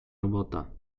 robota